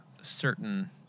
certain